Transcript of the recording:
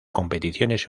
competiciones